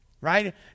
right